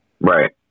Right